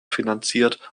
finanziert